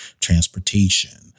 transportation